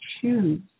choose